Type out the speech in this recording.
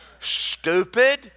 Stupid